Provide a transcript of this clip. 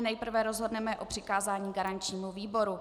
Nejprve rozhodneme o přikázání garančnímu výboru.